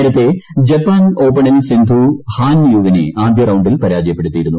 നേരത്തെ ജപ്പാൻ ഓപ്പണിൽ സിന്ധു ഹാൻ യുവിനെ ആദ്യ റൌണ്ടിൽ പരാജയപ്പെടുത്തിയിലുന്നു